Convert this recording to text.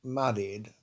married